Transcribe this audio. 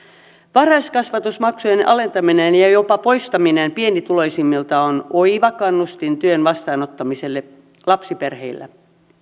varhaiskasvatusmaksujen alentaminen ja jopa poistaminen pienituloisimmilta on oiva kannustin työn vastaanottamiselle lapsiperheissä